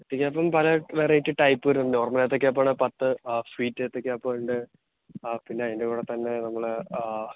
ഏത്തയ്ക്കാപ്പം പല variety type വരുന്നുണ്ട് normal ഏത്തയ്ക്കാപ്പാണെങ്കില് പത്ത് ആ വീറ്റ് ഏത്തയ്ക്കാപ്പം ഉണ്ട് ആ പിന്നെ അതിൻ്റെ കൂടെ തന്നെ നമ്മള്